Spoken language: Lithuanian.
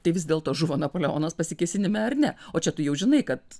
tai vis dėlto žuvo napoleonas pasikėsinime ar ne o čia tu jau žinai kad